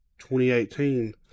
2018